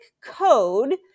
code